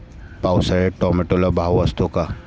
पावसाळ्यात टोमॅटोला भाव असतो का?